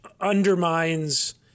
undermines